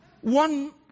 One